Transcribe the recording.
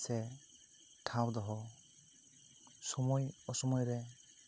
ᱥᱮ ᱴᱷᱟᱶ ᱫᱚᱦᱚ ᱥᱚᱢᱚᱭ ᱚᱥᱚᱢᱚᱭ ᱨᱮ